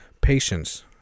patience